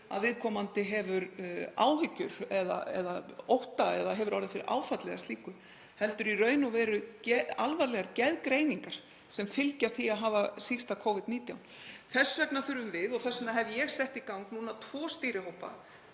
að viðkomandi hefur áhyggjur eða ótta eða hefur orðið fyrir áfalli eða slíku, heldur í raun og veru alvarlegar geðgreiningar sem fylgja því að hafa sýkst Covid-19. Þess vegna hef ég sett í gang núna tvo stýrihópa.